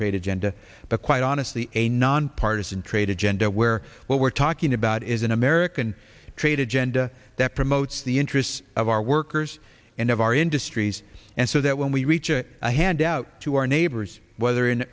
trade agenda but quite honestly a nonpartizan trade agenda where what we're talking about is an american trade agenda that promotes the interests of our workers and of our industries and so that when we reach a hand out to our neighbors whether in